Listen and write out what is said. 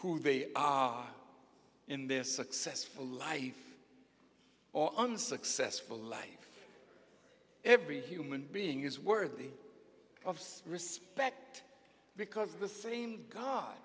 who they are in their successful life or unsuccessful life every human being is worthy of respect because the same god